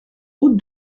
route